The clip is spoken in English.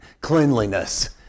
cleanliness